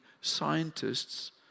scientists